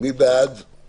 אני לא יודע על מה להצביע.